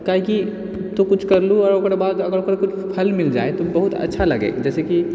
काहे कि तू कुछ करलूह आओर ओकरबाद अगर ओकर कुछ फल मिल जाइ तऽ बहुत अच्छा लगै जैसे कि